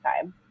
time